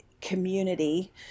community